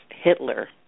Hitler